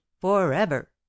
forever